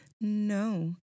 no